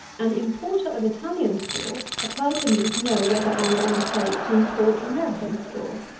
an importer of italian straw applied to me to know whether i would undertake to import american straw.